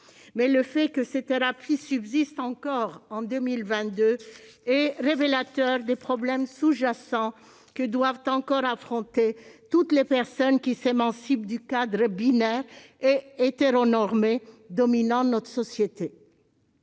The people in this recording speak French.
Mais le fait que ces thérapies subsistent encore en 2022 est révélateur des problèmes sous-jacents que doivent encore affronter toutes les personnes qui s'émancipent du cadre binaire et hétéronormé dominant notre société.